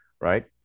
right